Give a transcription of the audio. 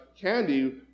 candy